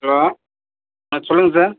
hello ஆ சொல்லுங்கள் sir